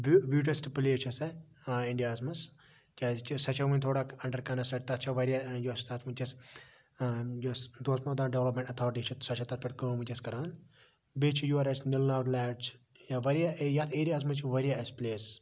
bio beautiest place چھ سۄ اِنڈیاہَس مَنٛز کیازِ کہِ سۄ چھ وٕنہِ تھوڑا اَنڈَر کَنسٹرکٹ تتھ چھ واریاہ یۄس تتھ وٕیٚنکس یۄس توسہٕ مٲدان ڈیولَپمنٹ ایٚتھارٹی چھِ سۄ چھِ تتھ پیٚٹھ کٲم وٕنکیٚس کَران بیٚیہِ چھِ یورٕ اَسہِ نِلہ ناگ لیک چھ بیٚیہِ چھ واریاہ ایر یتھ ایریاہَس مَنٛز چھ واریاہ اَسہ پلیس